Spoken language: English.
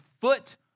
foot